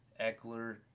Eckler